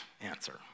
answer